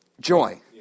joy